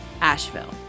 Asheville